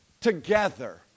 together